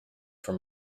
for